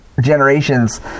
generations